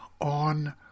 on